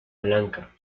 blanca